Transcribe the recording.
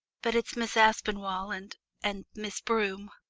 but it's miss aspinall and and miss broom.